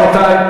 רבותי,